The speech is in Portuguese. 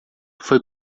foi